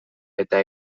eta